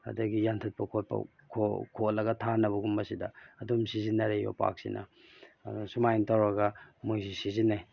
ꯑꯗꯒꯤ ꯌꯥꯟꯊꯠꯄ ꯈꯣꯠꯄ ꯈꯣꯠꯂꯒ ꯊꯥꯅꯕꯒꯨꯝꯕꯁꯤꯗ ꯑꯗꯨꯝ ꯁꯤꯖꯤꯟꯅꯔꯦ ꯌꯣꯄꯥꯛꯁꯤꯅ ꯑꯗ ꯁꯨꯝꯃꯥꯏ ꯇꯧꯔꯒ ꯃꯣꯏꯁꯤ ꯁꯤꯖꯤꯟꯅꯩ